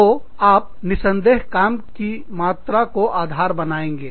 तो आप निस्संदेह काम की मात्रा को आधार बनाएँगे